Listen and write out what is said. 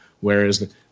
Whereas